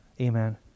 Amen